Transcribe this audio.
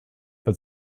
but